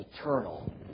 eternal